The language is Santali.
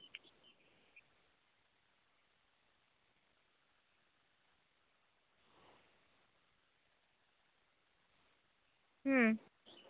ᱦᱩᱸ